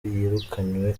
yirukanywe